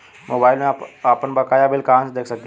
Mobile में आपनबकाया bill कहाँसे देख सकिले?